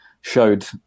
showed